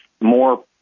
more